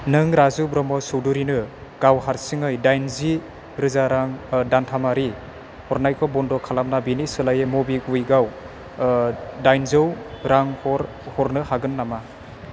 नों राजु ब्रह्म' चौधुरिनो गाव हारसिङै दाइनजि रोजा रां दानथामारि हरनायखौ बन्द' खालामना बेनि सोलायै मबिक्वुइकआव दाइनजौ रां हरनो हागोन नामा